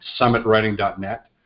summitwriting.net